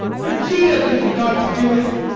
regina could have been got to do it.